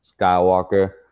Skywalker